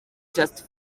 just